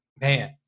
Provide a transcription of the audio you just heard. man